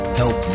help